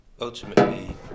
ultimately